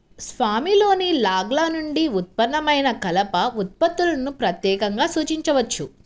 స్వామిలోని లాగ్ల నుండి ఉత్పన్నమైన కలప ఉత్పత్తులను ప్రత్యేకంగా సూచించవచ్చు